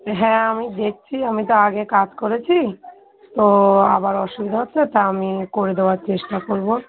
হ্যাঁ আমি দেখছি আমি তো আগে কাজ করেছি তো আবার অসুবিধা হচ্ছে তা আমি করে দেওয়ার চেষ্টা করব